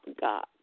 God